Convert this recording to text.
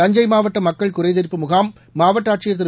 தஞ்சை மாவட்ட மக்கள் குறைதீர்ப்பு முகாம் மாவட்ட ஆட்சியர் திரு